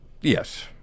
Yes